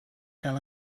tell